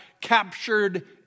captured